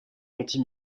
anti